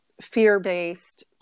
fear-based